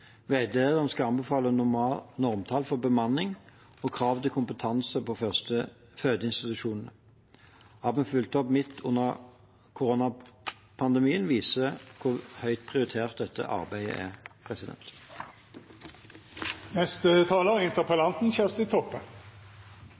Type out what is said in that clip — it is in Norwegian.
skal anbefale normtall for bemanning og krav til kompetanse på fødeinstitusjoner. At vi fulgte opp midt i koronapandemien, viser hvor høyt prioritert dette arbeidet er.